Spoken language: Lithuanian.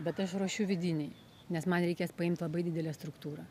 bet aš ruošiu vidinį nes man reikės paimt labai didelę struktūrą